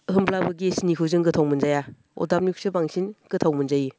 होनब्लाबो गेसनिखौ जों गोथाव मोनजाया अरदाबनिखौसो बांसिन गोथाव मोनजायो